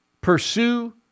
Pursue